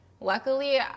luckily